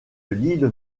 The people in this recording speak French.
lille